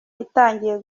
itangiye